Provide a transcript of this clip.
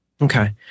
Okay